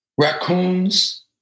raccoons